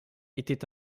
était